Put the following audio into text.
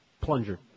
Plunger